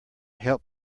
help